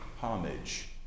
homage